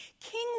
King